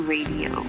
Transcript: Radio